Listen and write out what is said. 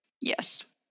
Yes